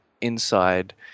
inside